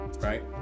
right